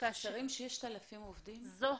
לפי מה